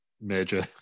Major